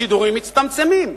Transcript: השידורים מצטמצמים,